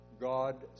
God